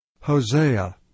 Hosea